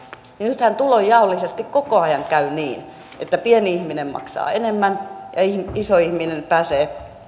niin nythän tulonjaollisesti koko ajan käy niin että pieni ihminen maksaa enemmän ja iso ihminen pääsee